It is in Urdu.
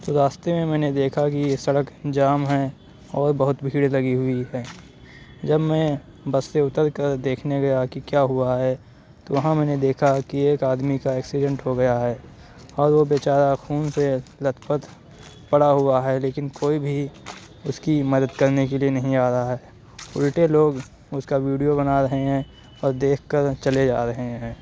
تو راستے میں میں نے دیکھا کہ سڑک جام ہے اور بہت بھیڑ لگی ہوئی ہے جب میں بس سے اتر کر دیکھنے گیا کہ کیا ہوا ہے تو وہاں میں نے دیکھا کہ ایک آدمی کا ایکسیڈینٹ ہو گیا ہے اور وہ بیچارہ خون سے لت پت پڑا ہوا ہے لیکن کوئی بھی اس کی مدد کرنے کے لیے نہیں آ رہا ہے الٹے لوگ اس کا ویڈیو بنا رہے ہیں اور دیکھ کر چلے جا رہے ہیں